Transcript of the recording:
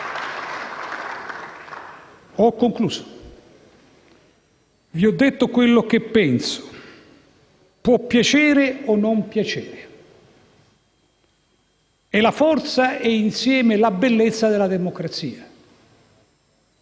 Ho concluso. Vi ho detto ciò che penso. Può piacere o meno; è la forza e insieme la bellezza della democrazia.